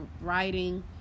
writing